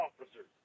officers